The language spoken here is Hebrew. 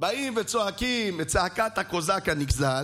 ועוד ועוד ועוד נשקים נתפסים בזכות החוק הזה.